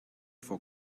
for